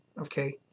okay